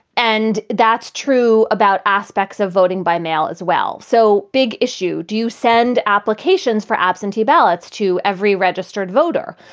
and that's true about aspects of voting by mail as well. so big issue. do you send applications for absentee ballots to every registered voter?